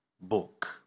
book